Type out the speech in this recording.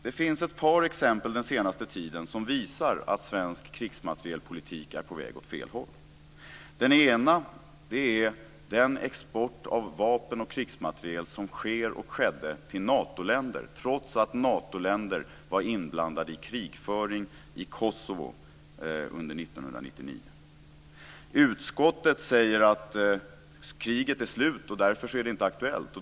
Det finns ett par exempel den senaste tiden som visar att svensk krigsmaterielpolitik är på väg åt fel håll. Det ena är den export av vapen och krigsmateriel som sker och skedde till Natoländer trots att Natoländer var inblandade i krigföring i Kosovo under 1999. Utskottet säger att kriget är slut och därför är det inte aktuellt.